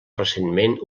recentment